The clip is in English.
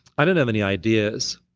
i don't have any ideas.